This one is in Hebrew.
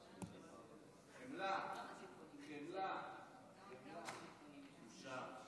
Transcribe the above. חמלה, חמלה, בושה,